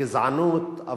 גזענות,